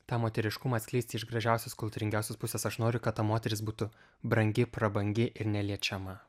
tą moteriškumą atskleisti iš gražiausios kultūringiausios pusės aš noriu kad ta moteris būtų brangi prabangi ir neliečiama